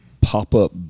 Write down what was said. pop-up